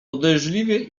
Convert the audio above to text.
podejrzliwie